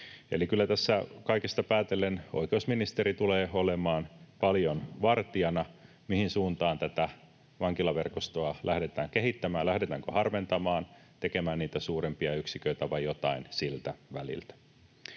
Eli kyllä tässä kaikesta päätellen oikeusministeri tulee olemaan paljon vartijana, mihin suuntaan tätä vankilaverkostoa lähdetään kehittämään, lähdetäänkö harventamaan, tekemään niitä suurempia yksiköitä vai jotain siltä väliltä.